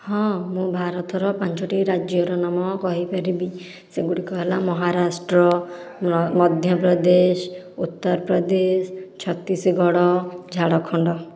ହଁ ମୁଁ ଭାରତର ପାଞ୍ଚୋଟି ରାଜ୍ୟର ନାମ କହିପାରିବି ସେଗୁଡ଼ିକ ହେଲା ମହାରାଷ୍ଟ୍ର ମଧ୍ୟପ୍ରଦେଶ ଉତ୍ତରପ୍ରଦେଶ ଛତିଶଗଡ଼ ଝାଡ଼ଖଣ୍ଡ